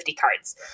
cards